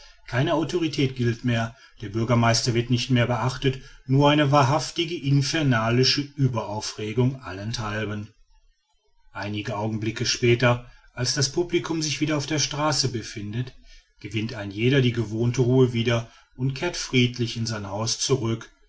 keine autorität gilt mehr der bürgermeister wird nicht mehr beachtet nur eine wahrhaft infernalische ueberaufregung allenthalben einige augenblicke später als das publicum sich wieder auf der straße befindet gewinnt ein jeder die gewohnte ruhe wieder und kehrt friedlich in sein haus zurück